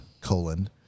colon